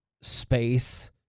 space